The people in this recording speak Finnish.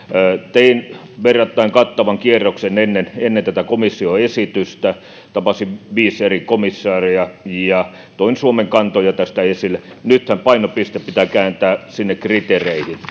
tein verrattain kattavan kierroksen ennen ennen tätä komission esitystä tapasin viisi eri komissaaria ja toin suomen kantoja tästä esille nythän painopiste pitää kääntää sinne kriteereihin